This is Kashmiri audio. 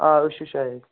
آ ٲسۍ چھِ شاہِد